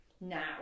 now